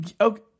Okay